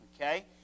okay